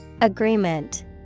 Agreement